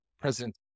President